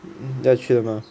要去了吗